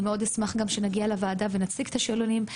אני גם מאוד אשמח שנגיע לוועדה ונציג את השאלונים.